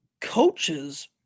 coaches